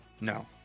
No